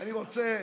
אני רוצה,